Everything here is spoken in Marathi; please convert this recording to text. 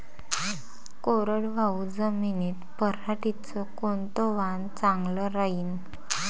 कोरडवाहू जमीनीत पऱ्हाटीचं कोनतं वान चांगलं रायीन?